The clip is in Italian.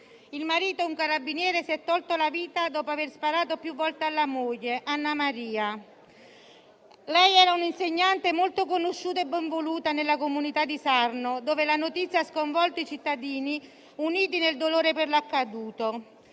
Il marito, un carabiniere, si è tolto la vita dopo aver sparato più volte alla moglie, Annamaria. Lei era un'insegnante molto conosciuta e benvoluta nella comunità di Sarno, dove la notizia ha sconvolto i cittadini uniti nel dolore per l'accaduto.